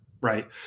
right